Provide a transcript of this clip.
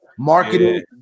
marketing